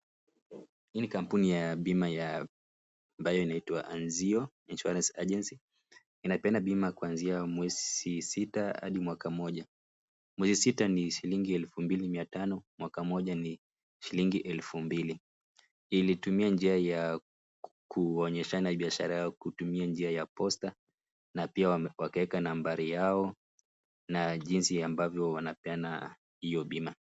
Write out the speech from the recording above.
Hii ni kampuni ya bima ya ambayo inaitw Anzio Insuarance Agency. Inapeana bima kwanzia mwezi sita hadi mwaka mmoja. Mwezi sita ni shilingi elfu mbili mia tano na mwaka mmoja ni shilingi elfu mbili. Ilitumia njia ya kuonyeshana hii biashara yao kupitia njia ya posta na pia wakaweka nambari yao na jinsi ambavyo wanapeana hiyo bima.